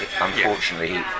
unfortunately